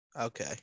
Okay